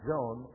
John